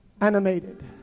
animated